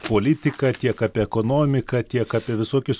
politiką tiek apie ekonomiką tiek apie visokius